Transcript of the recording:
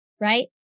right